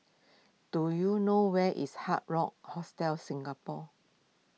do you know where is Hard Rock Hostel Singapore